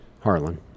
Harlan